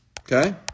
Okay